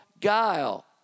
guile